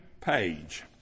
page